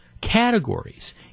categories